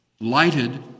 lighted